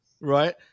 right